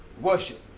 worship